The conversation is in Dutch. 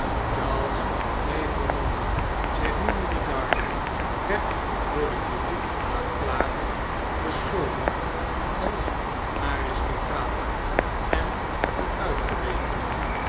charles evremonde zich noemende darnay werd door den publieken aanklager beschuldigd als een aristocraat en een uitgewekene